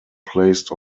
placed